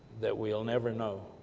that we'll never know.